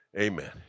Amen